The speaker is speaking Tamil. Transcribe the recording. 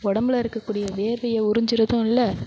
ஒடம்பில் இருக்கக்கூடிய வேர்வையை உறிஞ்சுறதும் இல்லை